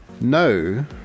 no